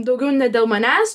daugiau ne dėl manęs